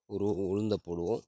ஒரு உ உளுந்த போடுவோம்